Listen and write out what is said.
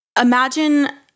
Imagine